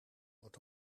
wordt